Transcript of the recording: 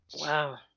Wow